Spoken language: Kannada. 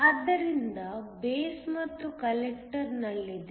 ಆದ್ದರಿಂದ ಬೇಸ್ ಮತ್ತು ಕಲೆಕ್ಟರ್ ನಲ್ಲಿದೆ